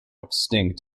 extinct